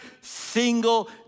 single